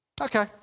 Okay